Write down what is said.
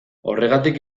horregatik